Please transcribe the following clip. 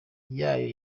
yayo